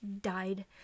died